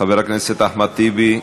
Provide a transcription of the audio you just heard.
חבר הכנסת אחמד טיבי,